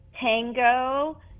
tango